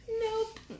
Nope